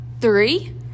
Three